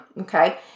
Okay